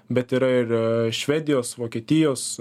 bet yra ir švedijos vokietijos